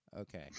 Okay